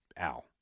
Ow